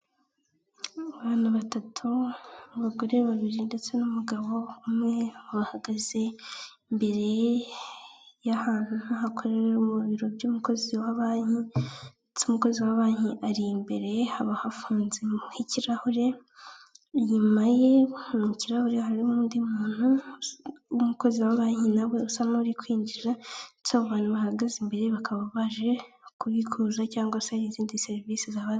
Abantu batatu, abagore babiri, ndetse n'umugabo umwe, bahagaze imbere y'ahantu nk'ahakorera mu biro by'umukozi wa banki, ndetse umukozi wa banki ari imbere, haba hafunze n'ikirahure, inyuma ye mu kirahure harimo undi muntu w'umukozi wa banki, nawe usa n'uri kwinjira, ndetse abo abantu bahagaze imbere bakaba baje kubikuza cyangwa izindi serivisi zabazanye.